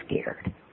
scared